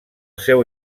seu